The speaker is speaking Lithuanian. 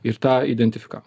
ir tą identifikav